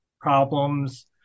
problems